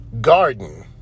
garden